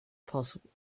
possible